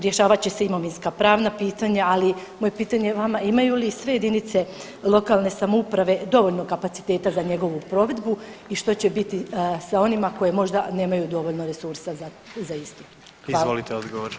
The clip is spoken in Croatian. Rješavat će se imovinska, pravna pitanja ali moje pitanje vama imaju li sve jedinice lokalne samouprave dovoljno kapaciteta za njegovu provedbu i što će biti sa onima koji možda nemaju dovoljno resursa za istu.